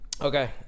Okay